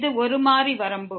இது ஒரு மாறி வரம்பு